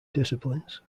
disciplines